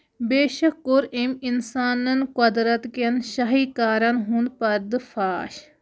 بے شَک کوٚر أمۍ اِنسانن قۄدرَت کٮ۪ن شاہی کارن ہُند پَردٕ فاش